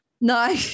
No